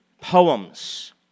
poems